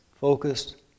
focused